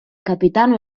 capitano